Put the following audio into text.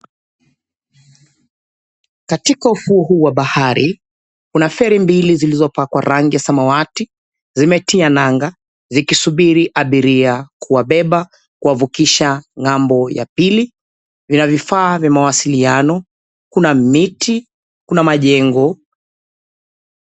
Katika ufuo huu wa bahari kuna ferry mbili zilizopakwa rangi ya samawati. Zimetia nanga zikisubiri abiria kuwabeba kuwavukisha ng'ambo ya pili. Kuna vifaa vya mawasiliano. Kuna miti. Kuna majengo.